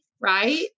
right